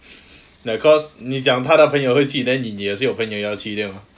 like cause 你讲他的朋友会去 then 你你也是有朋友要去对吗